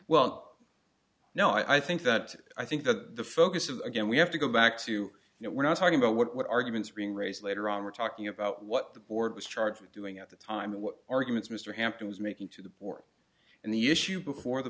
well no i think that i think that the focus is again we have to go back to you know we're not talking about what arguments are being raised later on we're talking about what the board was charged with doing at the time and what arguments mr hampton was making to the board and the issue before the